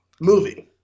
movie